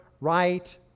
right